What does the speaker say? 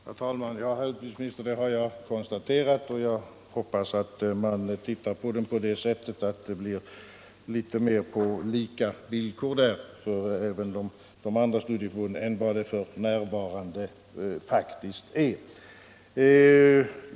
Herr talman! Jag har noterat herr utbildningsministerns besked och hoppas, att man skall behandla denna fråga på ett sådant sätt att verksamheten för de övriga studieförbunden kommer att bedrivas på något mera likvärdiga villkor än som f.n. faktiskt är fallet.